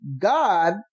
God